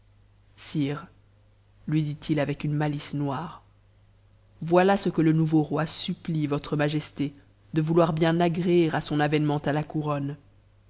sire lui dit-il avec unf malice noire voilà ce que le nouveau roi supplie votre majesté de von loir bien agréer à son avènement à la couronne